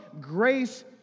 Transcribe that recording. grace